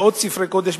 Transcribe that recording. מאות ספרי קודש,